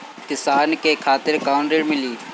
किसान के खातिर कौन ऋण मिली?